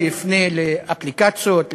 שיפנה לאפליקציות,